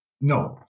no